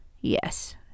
yes